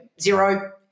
zero